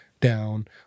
down